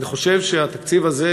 אני חושב שהתקציב הזה,